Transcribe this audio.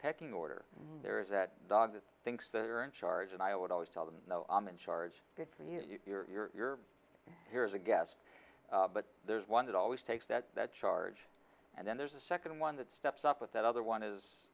pecking order there is that dog that thinks they are in charge and i would always tell them no i'm in charge good for you you're here as a guest but there's one that always takes that that charge and then there's a second one that steps up with that other one is